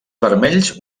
vermells